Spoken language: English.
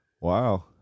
Wow